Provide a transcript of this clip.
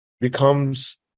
becomes